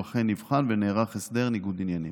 הוא אכן נבחן ונערך הסדר ניגוד עניינים.